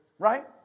Right